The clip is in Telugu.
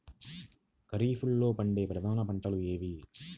ఖరీఫ్లో పండే ప్రధాన పంటలు ఏవి?